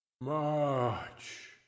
March